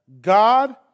God